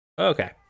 Okay